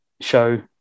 show